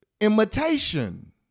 imitation